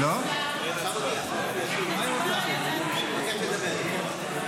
אין דחייה.